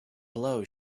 blow